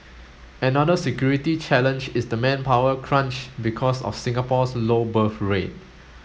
another security challenge is the manpower crunch because of Singapore's low birth rate